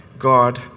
God